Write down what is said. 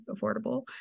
affordable